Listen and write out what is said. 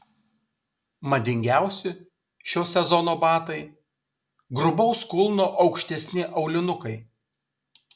madingiausi šio sezono batai grubaus kulno aukštesni aulinukai